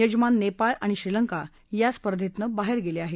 यजमान नेपाळ आणि श्रीलंका या स्पर्धेतनं बाहेर गेले आहेत